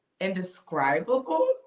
indescribable